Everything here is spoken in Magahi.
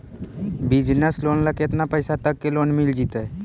बिजनेस लोन ल केतना पैसा तक के लोन मिल जितै?